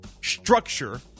Structure